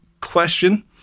question